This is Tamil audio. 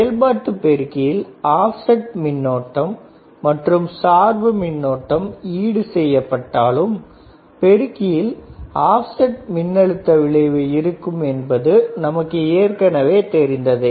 செயல்பாட்டு பெருக்கியில் ஆப்செட் மின்னோட்டம் மற்றும் சார்பு மின்னோட்டம் ஈடு செய்யப்பட்டாலும் பெருக்கியில் ஆப்செட் மின்னழுத்த விளைவு இருக்கும் என்பது நமக்கு ஏற்கனவே தெரிந்ததே